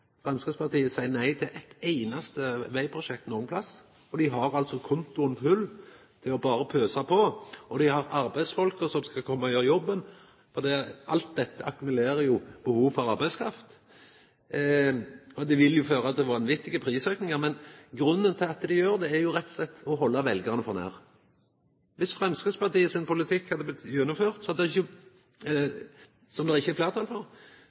Framstegspartiet seia nei til eit einaste vegprosjekt nokon stad, for dei har altså kontoen full til berre å pøsa på, og dei har arbeidsfolka som skal komma og gjera jobben. Alt dette akkumulerer jo behov for arbeidskraft, og det vil føra til vanvittig prisauke. Men grunnen til at dei gjer det, er jo rett og slett at dei vil halda veljarane for narr. Viss Framstegspartiet sin politikk hadde blitt gjennomført – som det ikkje er